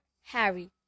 Harry